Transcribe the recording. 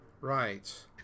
Right